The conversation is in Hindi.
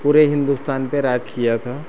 पूरे हिन्दुस्तान पर राज किया था